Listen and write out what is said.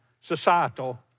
societal